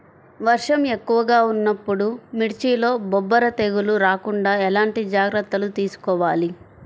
వర్షం ఎక్కువగా ఉన్నప్పుడు మిర్చిలో బొబ్బర తెగులు రాకుండా ఎలాంటి జాగ్రత్తలు తీసుకోవాలి?